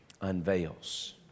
unveils